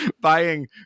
buying